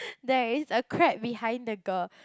there is a crab behind the girl